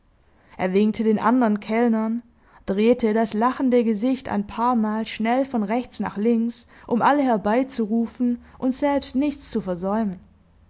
er winkte den andern kellnern drehte das lachende gesicht ein paarmal schnell von rechts nach links um alle herbeizurufen und selbst nichts zu versäumen